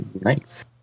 Nice